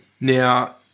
Now